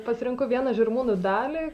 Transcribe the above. pasirinkau vieną žirmūnų dalį